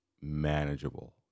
manageable